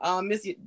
Miss